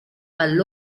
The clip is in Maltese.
għall